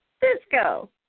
Cisco